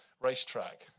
racetrack